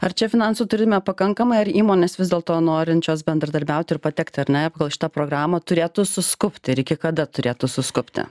ar čia finansų turime pakankamai ar įmonės vis dėlto norinčios bendradarbiaut ir patekt ar ne pagal šitą programą turėtų suskubti ir iki kada turėtų suskubti